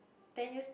ten years